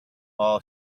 law